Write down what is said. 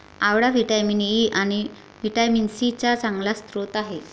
आवळा vitamin E आणि vitamin C चा चांगला स्रोत आहे